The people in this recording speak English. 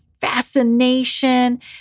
fascination